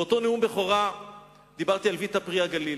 באותו נאום בכורה דיברתי על "ויטה פרי הגליל".